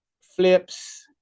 flips